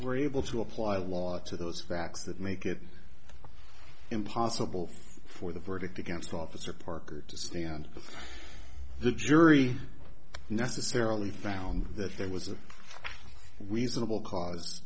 we're able to apply a lot to those facts that make it impossible for the verdict against officer parker to stand with the jury necessarily found that there was a reasonable ca